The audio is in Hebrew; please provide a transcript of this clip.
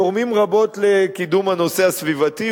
תורמים רבות לקידום הנושא הסביבתי,